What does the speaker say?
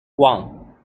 one